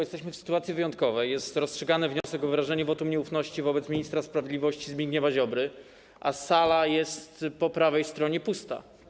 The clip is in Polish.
Jesteśmy w sytuacji wyjątkowej, jest rozstrzygany wniosek o wyrażenie wotum nieufności wobec ministra sprawiedliwości Zbigniewa Ziobry, a sala po prawej stronie jest pusta.